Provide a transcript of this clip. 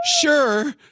sure